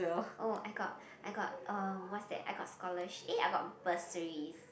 oh I got I got uh what's that I got scholarship eh I got bursaries